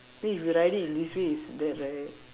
I mean if you write it in this way is that right